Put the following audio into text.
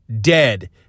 dead